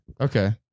Okay